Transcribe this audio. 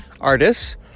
artists